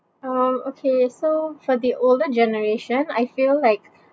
oh okay so for the older generation I feel like